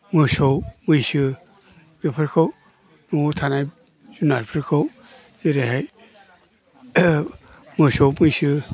मोसौ मैसो बेफोरखौ न'आव थानाय जुनारफोरखौ जेरैहाय मोसौ मैसो